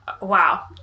Wow